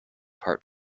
heart